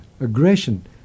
aggression